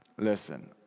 listen